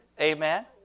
Amen